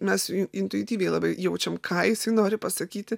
mes intuityviai labai jaučiam ką jis nori pasakyti